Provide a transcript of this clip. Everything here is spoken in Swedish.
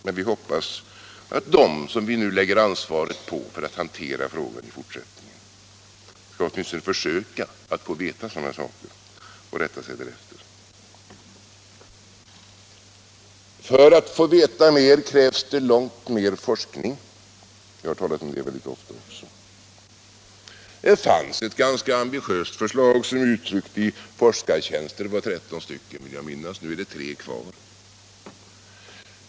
Men vi hoppas att dem vi nu lägger ansvaret på för att hantera frågan i fortsättningen åtminstone skall försöka att få veta sådana saker och rätta sig därefter. För att få veta mer krävs långt mer forskning. Det har man också talat om här i dag. Det fanns ett ganska ambitiöst förslag, uttryckt i forskartjänster. Det gällde 13, vill jag minnas, men nu är det tre kvar.